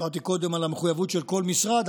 דיברתי קודם על המחויבות של כל משרד,